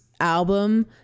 album